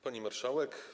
Pani Marszałek!